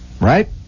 right